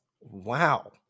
Wow